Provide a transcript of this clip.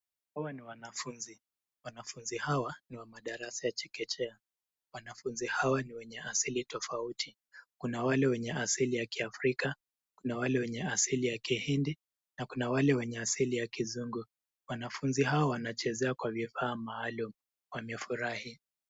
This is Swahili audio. Hawa ni wanafunzi. Wanafunzi hawa ni wa madarasa ya chekechea. Wanafunzi hawa ni wenye asili tofauti, kuna wale wenye asili ya kiafrika, kuna wale wenye asili ya kihindi na kuna wale wenye asili ya kizungu. Wanafunzi hawa wanacheza kwa vifaa maalum. Wamefurahi.